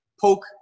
poke